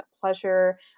pleasure